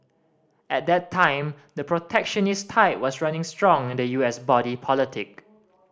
at that time the protectionist tide was running strong in the U S body politic